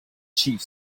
chief